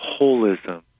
holism